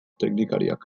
teknikariak